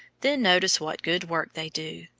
then notice what good work they do,